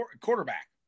quarterback